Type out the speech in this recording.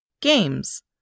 Games